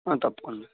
తప్పకుండా